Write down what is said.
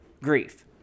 grief